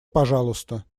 пожалуйста